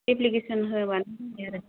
application होबानो जाबाय आरो